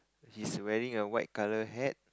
he's wearing a white colour hat